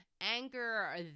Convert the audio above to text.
Anger